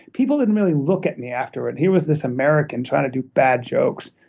people didn't really look at me afterwards. here was this american trying to do bad jokes,